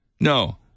No